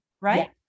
right